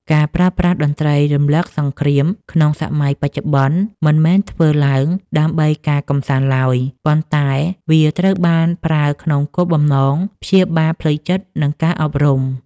ការប្រើប្រាស់តន្ត្រីរំលឹកសង្គ្រាមក្នុងសម័យបច្ចុប្បន្ន មិនមែនធ្វើឡើងដើម្បីការកម្សាន្តឡើយ ប៉ុន្តែវាត្រូវបានប្រើក្នុងគោលបំណងព្យាបាលផ្លូវចិត្ត និងការអប់រំ។